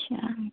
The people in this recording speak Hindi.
अच्छा